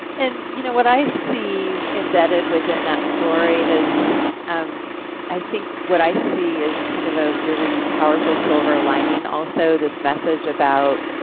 and you know what i see embedded within that story is um i think what i see is kind of a really powerful silver lining also. this message about